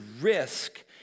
risk